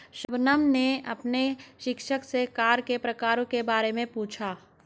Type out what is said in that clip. शबनम ने अपने शिक्षक से कर के प्रकारों के बारे में पूछा